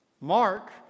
Mark